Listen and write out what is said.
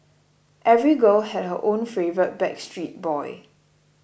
every girl had her own favourite Backstreet Boy